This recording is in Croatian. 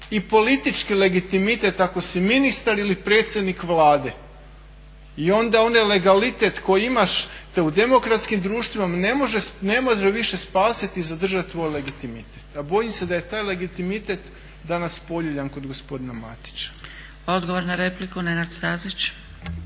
I politički legitimitet ako si ministar ili predsjednik Vlade. I onda onaj legalitet koji imaš te u demokratskim društvima ne može više spasiti i zadržati ovaj legitimitet. A bojim se da je taj legitimitet danas poljuljan kod gospodina Matića. **Zgrebec, Dragica